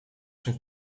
zijn